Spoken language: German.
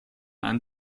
einen